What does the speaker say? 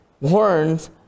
warns